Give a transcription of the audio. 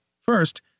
First